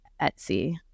Etsy